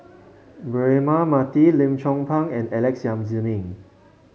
Braema Mathi Lim Chong Pang and Alex Yam Ziming